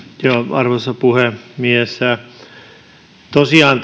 arvoisa puhemies tosiaan